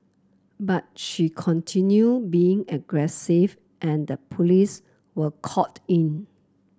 but she continue being aggressive and the police were called in